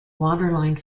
waterline